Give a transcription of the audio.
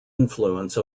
influence